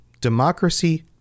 democracy